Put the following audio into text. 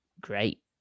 great